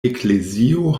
eklezio